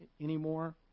anymore